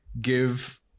give